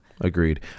Agreed